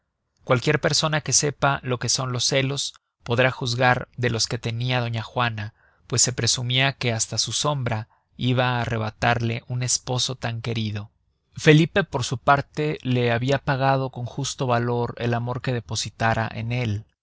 cualquier persona que sepa lo que son los celos podrá juzgar de los que tenia doña juana pues se presumia que hasta su sombra iba á arrebatarle un esposo tan querido felipe por su parte la habia pagado con justo valor el amor que depositara en él